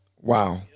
Wow